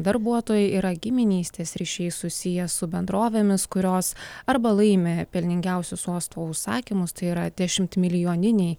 darbuotojai yra giminystės ryšiais susiję su bendrovėmis kurios arba laimi pelningiausius uosto užsakymus tai yra dešimtmilijoniniai